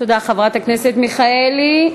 תודה לחברת הכנסת מיכאלי.